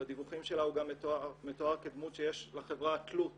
בדיווחים שלנו גם מתואר כדמות שיש לחברה תלות